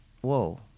Whoa